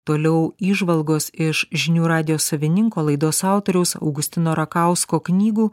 toliau įžvalgos iš žinių radijo savininko laidos autoriaus augustino rakausko knygų